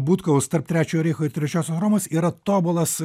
butkaus tarp trečiojo reicho ir trečiosios romos yra tobulas